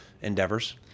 endeavors